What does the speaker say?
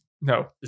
No